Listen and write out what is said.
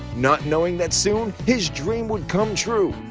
not knowing that soon, his dream will come true!